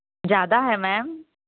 ज़्यादा है मैम